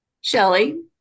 shelly